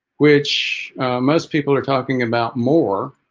which most people are talking about more